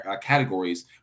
categories